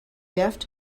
deft